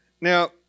Now